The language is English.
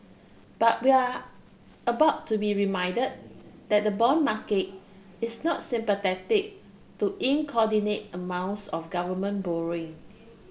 but we are about to be reminded that the bond market is not sympathetic to amounts of government borrowing